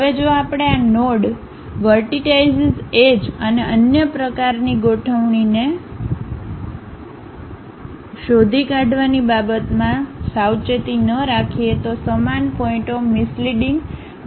હવે જો આપણે આ નોડ વર્ટિટાઈશીસ એજ અને અન્ય પ્રકારની ગોઠવણીને શોધી કાઢવાની બાબતમાં સાવચેતી ન રાખીએ તો સમાન પોઇન્ટઓ મિસલડિંગ માહિતી પણ આપી શકે છે